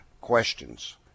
questions